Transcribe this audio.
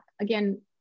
Again